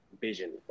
vision